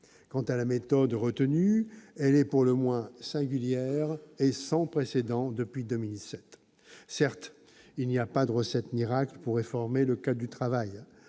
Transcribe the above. Quant à la méthode retenue, elle est pour le moins singulière et sans précédent depuis 2007. Certes, il n'y a pas de recette miracle pour réformer le code du travail.